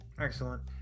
Excellent